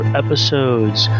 episodes